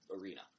arena